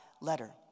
letter